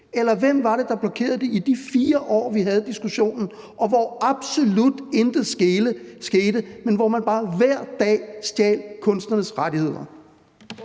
eller hvem var det, der blokerede det i de 4 år, vi havde diskussionen, og hvor absolut intet skete, men hvor man bare hver dag stjal kunstnernes rettigheder?